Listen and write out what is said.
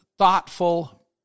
thoughtful